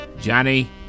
Johnny